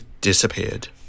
disappeared